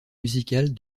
musicale